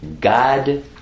God